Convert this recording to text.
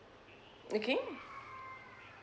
okay